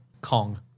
Kong